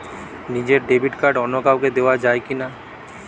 নিজের debit card অন্য কাউকে দেওয়া যায় কি না?